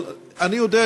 אבל אני יודע,